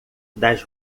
das